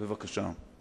בבקשה,